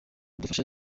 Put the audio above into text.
dufasha